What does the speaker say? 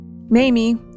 Mamie